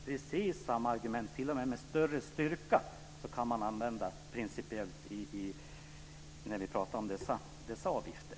Precis samma argument, t.o.m. med större styrka, kan man använda principiellt när vi pratar om dessa avgifter.